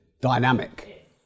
dynamic